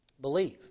Believe